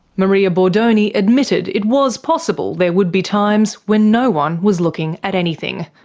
maria bordoni admitted it was possible there would be times when no one was looking at anything.